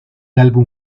álbum